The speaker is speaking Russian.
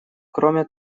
кроме